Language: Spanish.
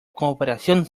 cooperación